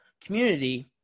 community